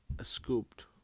scooped